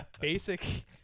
basic